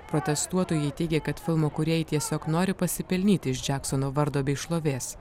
protestuotojai teigė kad filmo kūrėjai tiesiog nori pasipelnyti iš džeksono vardo bei šlovės